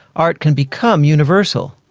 art can become universal.